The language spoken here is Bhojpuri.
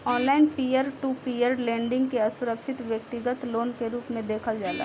online peer to peer lending के असुरक्षित व्यतिगत लोन के रूप में देखल जाला